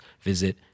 visit